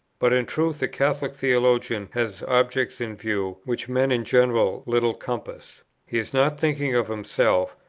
but, in truth, a catholic theologian has objects in view which men in general little compass he is not thinking of himself,